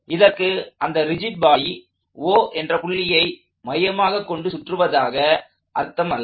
இதற்கு அந்த rigid body O என்ற புள்ளியை மையமாக கொண்டு சுற்றுவதாக அர்த்தமல்ல